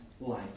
light